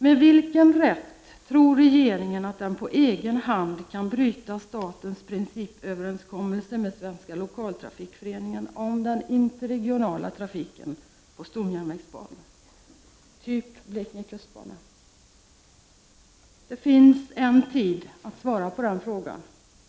Med vilken rätt tror regeringen att den på egen hand kan bryta statens principöverenskommelse med Svenska lokaltrafikföreningen om den interregionala trafiken och stomjärnvägsbanor, typ Blekinge kustbana? Det finns tid att svara på den frågan.